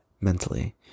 mentally